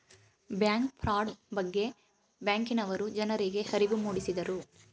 bank fraud ಬಗ್ಗೆ ಬ್ಯಾಂಕಿನವರು ಜನರಿಗೆ ಅರಿವು ಮೂಡಿಸಿದರು